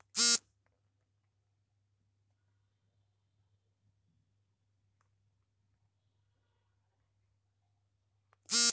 ಮಾರುಕಟ್ಟೆಯ ಪ್ರಭಾವದ ವೆಚ್ಚಗಳು ಒಂದು ರೀತಿಯ ವಹಿವಾಟಿಗಳಿಗೆ ವೆಚ್ಚಗಳ ಆಗಿವೆ